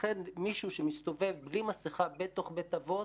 לכן מישהו שמסתובב בלי מסכה בתוך בית האבות,